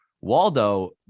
Waldo